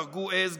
הרגו עז,